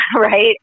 right